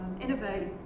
innovate